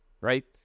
right